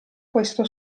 questo